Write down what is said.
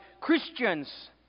Christians